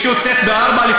מי שיוצאת ב-04:00,